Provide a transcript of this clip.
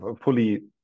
fully